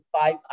five